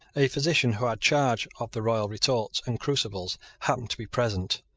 a physician who had charge of the royal retorts and crucibles happened to be present.